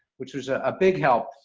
which was a big help.